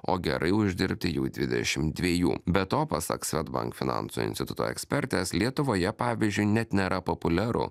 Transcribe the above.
o gerai uždirbti jau dvidešim dviejų be to pasak swedbank finansų instituto ekspertės lietuvoje pavyzdžiui net nėra populiaru